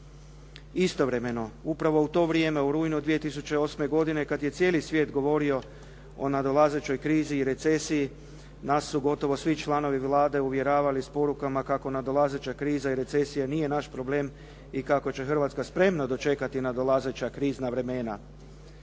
Istovremeno, upravo u to vrijeme u rujnu 2008. godine kad je cijeli svijet govorio o nadolazećoj krizi i recesiji, nas su gotovo svi članovi Vlade uvjeravali s porukama kako nadolazeća kriza i recesija nije naš problem i kako će Hrvatska spremna dočekati nadolazeća krizna vremena.